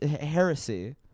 heresy